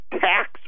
Tax